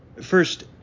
First